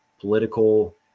political